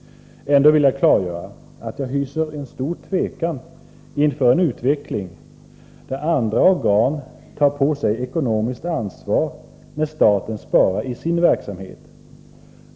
Ändå vill jag klargöra att jag hyser en stor tvekan inför en utveckling där andra organ tar på sig ekonomiskt ansvar när staten sparar i sin verksamhet.